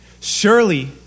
Surely